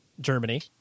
Germany